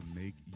make